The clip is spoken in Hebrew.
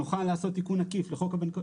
נוכל לעשות תיקון עקיף לחוק.